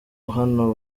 baho